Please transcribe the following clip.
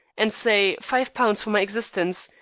and, say, five pounds for my existence,